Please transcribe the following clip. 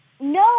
No